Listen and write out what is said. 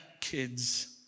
kids